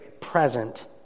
present